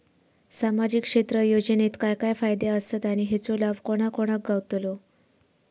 सामजिक क्षेत्र योजनेत काय काय फायदे आसत आणि हेचो लाभ कोणा कोणाक गावतलो?